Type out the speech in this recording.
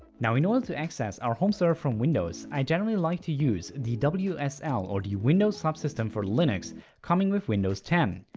now in order to access our home server from windows i generally like to use the wsl or the windows subsystem for linux coming with windows ten.